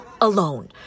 alone